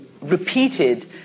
repeated